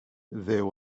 there